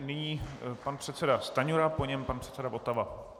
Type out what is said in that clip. Nyní pan předseda Stanjura, po něm pan předseda Votava.